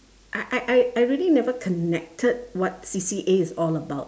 I I I I really never connected what C_C_A is all about